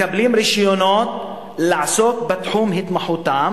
מקבלים רשיונות לעסוק בתחום התמחותם